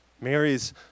Mary's